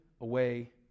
away